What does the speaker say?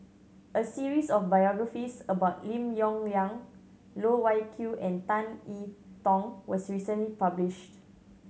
a series of biographies about Lim Yong Liang Loh Wai Kiew and Tan E Tong was recently published